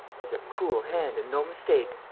he's a cool hand and no mistake!